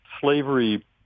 slavery